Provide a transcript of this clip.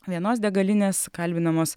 vienos degalinės kalbinamos